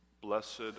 Blessed